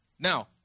Now